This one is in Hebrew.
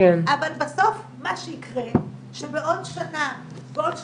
אבל בסוף מה שיקרה שבעוד שנה, בעוד שנתיים,